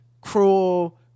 cruel